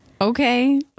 Okay